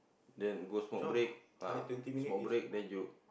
then go smoke break ah smoke break then you